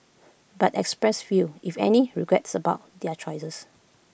but expressed few if any regrets about their choices